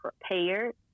prepared